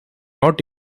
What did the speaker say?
not